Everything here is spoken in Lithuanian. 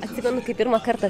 atsimenu kai pirmą kartą